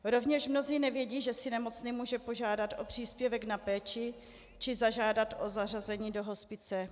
Rovněž mnozí nevědí, že si nemocný může požádat o příspěvek na péči či zažádat o zařazení do hospice.